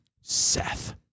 Seth